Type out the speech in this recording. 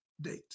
date